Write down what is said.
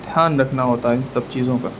دھیان رکھنا ہوتا ہے ان سب چیزوں کا